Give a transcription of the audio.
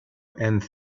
and